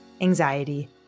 anxiety